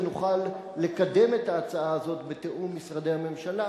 ונוכל לקדם את ההצעה הזאת בתיאום משרדי הממשלה.